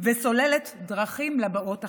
וסוללת דרכים לבאות אחריי.